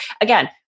again